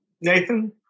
Nathan